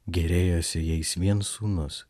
gėrėjosi jais vien sūnus